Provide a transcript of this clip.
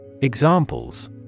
Examples